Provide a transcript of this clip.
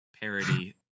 parody